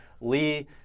Lee